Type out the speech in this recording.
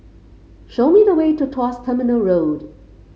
show me the way to Tuas Terminal Road